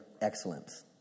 excellence